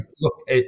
look